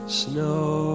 snow